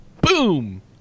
Boom